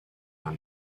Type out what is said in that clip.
and